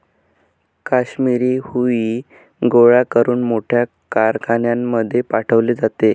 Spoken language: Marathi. काश्मिरी हुई गोळा करून मोठ्या कारखान्यांमध्ये पाठवले जाते